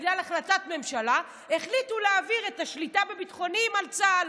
בגלל החלטת ממשלה החליטו להעביר את השליטה בביטחוניים לצה"ל,